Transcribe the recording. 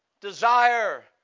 desire